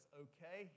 okay